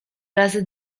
razy